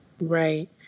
Right